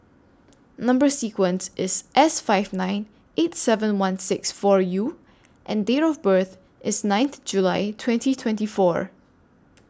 Number sequence IS S five nine eight seven one six four U and Date of birth IS ninth July twenty twenty four